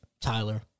Tyler